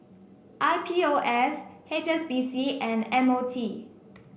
I P O S H S B C and M O T